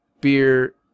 beer